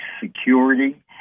Security